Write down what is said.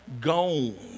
gone